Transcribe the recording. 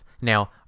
Now